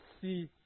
see